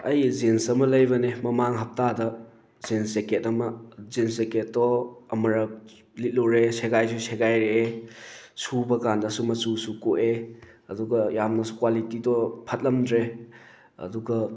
ꯑꯩ ꯖꯤꯟꯁ ꯑꯃ ꯂꯩꯕꯅꯦ ꯃꯃꯥꯡ ꯍꯞꯇꯥꯗ ꯖꯤꯟꯁ ꯖꯦꯀꯦꯠ ꯑꯃ ꯖꯤꯟꯁ ꯖꯦꯀꯦꯠꯇꯣ ꯑꯃꯨꯔꯛ ꯂꯤꯠꯂꯨꯔꯦ ꯁꯦꯒꯥꯏꯁꯨ ꯁꯦꯒꯥꯏꯔꯛꯑꯦ ꯁꯨꯕ ꯀꯥꯟꯗꯁꯨ ꯃꯆꯨꯨꯁꯨ ꯀꯣꯛꯑꯦ ꯑꯗꯨꯒ ꯌꯥꯝꯅꯁꯨ ꯀ꯭ꯋꯥꯂꯤꯇꯤꯗꯣ ꯐꯠꯂꯝꯗ꯭ꯔꯦ ꯑꯗꯨꯒ